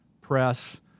press